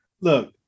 look